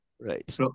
Right